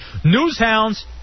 Newshounds